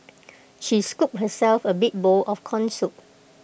she scooped herself A big bowl of Corn Soup